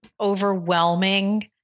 overwhelming